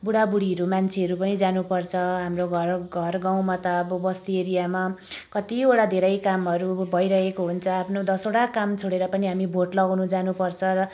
बुढाबुढीहरू मान्छेहरू पनि जानुपर्छ हाम्रो घर घरगाउँमा त अब बस्ती एरियामा कतिवटा धेरै कामहरू भइरहेको हुन्छ आफ्नो दसवटा काम छोडेर पनि हामी भोट लगाउनु जानुपर्छ र